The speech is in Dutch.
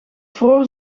vroor